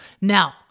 Now